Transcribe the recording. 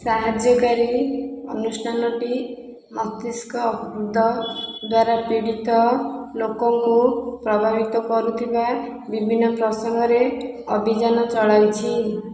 ସାହାଯ୍ୟକାରୀ ଅନୁଷ୍ଠାନଟି ମସ୍ତିଷ୍କ ଅର୍ବୁଦ ଦ୍ୱାରା ପୀଡ଼ିତ ଲୋକଙ୍କୁ ପ୍ରଭାବିତ କରୁଥିବା ବିଭିନ୍ନ ପ୍ରସଙ୍ଗରେ ଅଭିଯାନ ଚଳାଇଛି